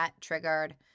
triggered